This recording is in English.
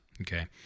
Okay